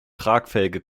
tragfähige